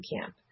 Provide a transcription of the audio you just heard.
camp